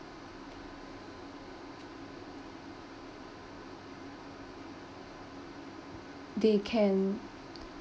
they can